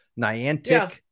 Niantic